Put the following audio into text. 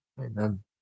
Amen